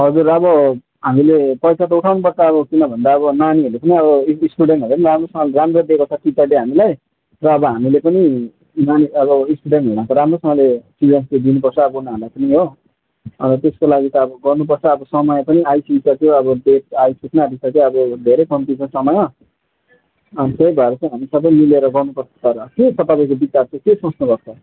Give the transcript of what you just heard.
हजुर अब हामीले पैसा त उठाउनु पर्छ अब किन भन्दा अब नानीहरूले पनि अब एक्स स्टुडेन्टहरूले पनि राम्रोसँगले राम्रो दिएको छ टिचर डे हामीलाई र अब हामीले पनि अब नानी अब स्टुडेन्टहरूलाई त राम्रोसँगले चिल्ड्रेन डे दिनु पर्छ अब उनीहरूलाई पनि हो त्यसको लागि त अब गर्नु पर्छ अब समय पनि आइपुगि सक्यो अब डेट आइपुग्नु आँटिसक्यो अब धेरै कम्ती छ समय अनि त्यही भएर चाहिँ हामी सब मिलेर गर्नु पर्छ सर के छ तपाईँको विचार चाहिँ के सोच्नु भएको छ